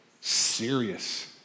Serious